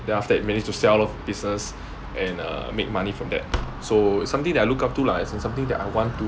then after that manage to sell off business and uh make money from that so it's something that I look up to lah and something that I want to